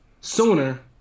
sooner